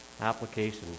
Application